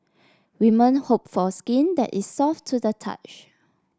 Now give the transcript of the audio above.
women hope for skin that is soft to the touch